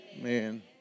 man